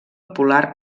polar